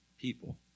people